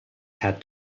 had